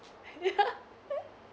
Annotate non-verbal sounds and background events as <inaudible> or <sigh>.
<laughs>